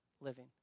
living